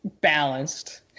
balanced